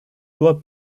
toi